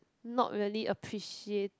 not really appreciate